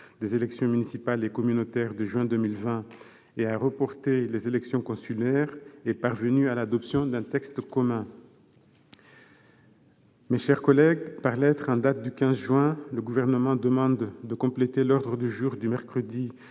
des élections municipales et communautaires de juin 2020 et à reporter les élections consulaires est parvenue à l'adoption d'un texte commun. Mes chers collègues, par lettre en date du 15 juin, le Gouvernement demande de compléter l'ordre du jour du mercredi